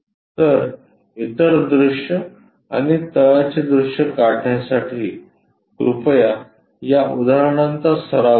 तर इतर दृश्य आणि तळाचे दृश्य काढण्यासाठी कृपया या उदाहरणांचा सराव करा